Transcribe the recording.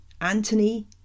Anthony